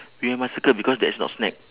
we must circle because that's not snack